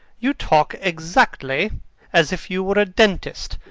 you talk exactly as if you were a dentist.